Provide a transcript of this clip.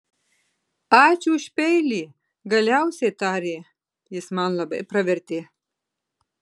ačiū už peilį galiausiai tarė jis man labai pravertė